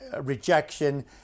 rejection